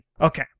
Okay